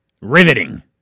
riveting